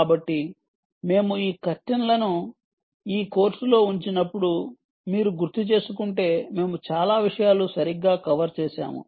కాబట్టి మేము ఈ కర్టెన్లను ఈ కోర్సులో ఉంచినప్పుడు మీరు గుర్తుచేసుకుంటే మేము చాలా విషయాలు సరిగ్గా కవర్ చేసాము